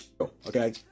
okay